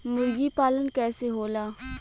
मुर्गी पालन कैसे होला?